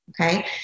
Okay